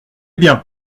bien